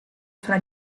fra